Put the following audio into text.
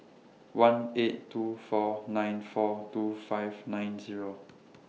one eight two four nine four two five nine Zero